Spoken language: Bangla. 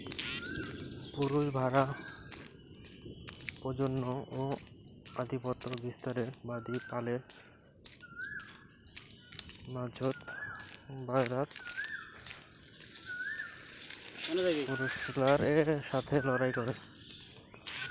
পুরুষ ভ্যাড়া প্রজনন ও আধিপত্য বিস্তারের বাদী পালের মাঝোত, বায়রাত পুরুষলার সথে লড়াই করে